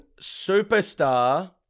superstar